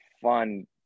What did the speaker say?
fun